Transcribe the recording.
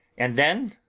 and then,